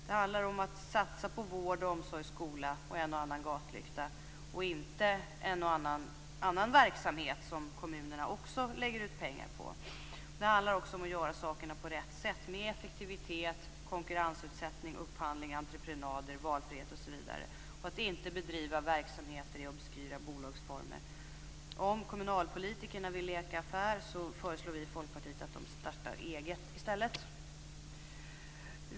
Det handlar om att satsa på vård, omsorg, skola och en och annan gatlykta, inte någon annan verksamhet som kommunerna också lägger ut pengar för. Det handlar om att göra saker på rätt sätt med effektivitet, konkurrensutsättning, upphandling, entreprenad, valfrihet osv., om att inte bedriva verksamheter i obskyra bolagsformer. Om kommunalpolitikerna vill leka affär föreslår vi i Folkpartiet att de skall starta eget i stället.